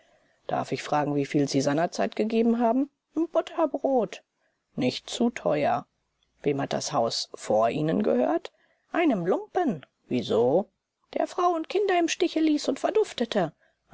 darf ich fragen wieviel sie seinerzeit gegeben haben n butterbrot nicht zu teuer wem hat das haus vor ihnen gehört einem lumpen wieso der frau und kinder im stiche ließ und verduftete